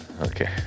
Okay